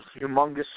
humongous